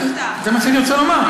זה מה שאני רוצה לומר,